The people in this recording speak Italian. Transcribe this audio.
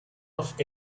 off